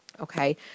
Okay